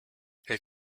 hält